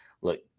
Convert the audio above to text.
look